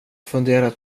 funderat